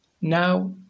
Now